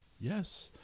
Yes